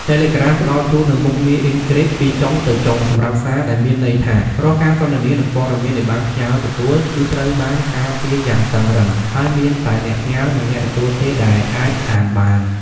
តេឡេក្រាមផ្តល់ជូននូវមុខងារអុិនគ្រីបពីចុងទៅចុង សម្រាប់សារ ដែលមានន័យថា រាល់ការសន្ទនា និងព័ត៌មានដែលបានផ្ញើទទួល គឺត្រូវបានការពារយ៉ាងតឹងរ៉ឹង ហើយមានតែអ្នកផ្ញើ និងអ្នកទទួលទេដែលអាចអានបាន។